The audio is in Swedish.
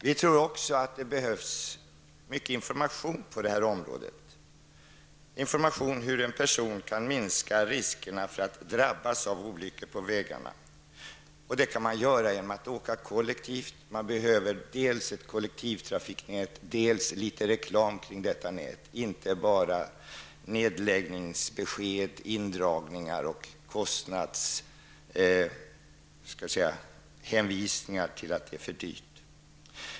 Vi tror också att det behövs mycket information på detta område. Det behövs information om hur en person kan minska riskerna för att drabbas av olyckor på vägarna. Det kan man göra genom att åka kollektivt. Det behövs dels ett kollektivtrafiknät, dels litet reklam om detta nät -- inte bara besked om nedläggningar och indragningar samt hänvisningar till att det kostar för mycket.